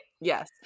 Yes